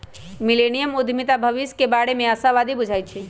millennium उद्यमीता भविष्य के बारे में आशावादी बुझाई छै